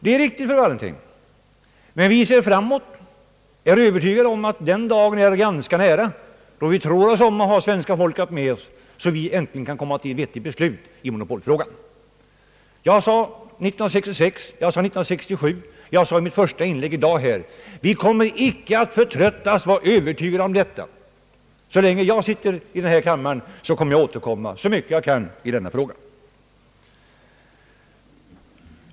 Det är riktigt, fru Wallentheim, men vi ser framåt — jag är övertygad om att den dagen är ganska nära då det skall visa sig att vi har svenska folket med oss, så att det äntligen kan bli ett vettigt beslut i monopolfrågan. Jag sade 1966, 1967 och i mitt första inlägg nyss att vi icke kommer att förtröttas. Var övertygad om detta. Så länge jag sitter i denna kammare ämnar jag återkomma så mycket jag kan i denna fråga.